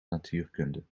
natuurkunde